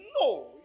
No